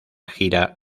gira